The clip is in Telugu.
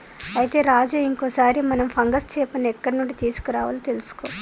అయితే రాజు ఇంకో సారి మనం ఫంగస్ చేపని ఎక్కడ నుండి తీసుకురావాలో తెలుసుకో